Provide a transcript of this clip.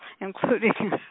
including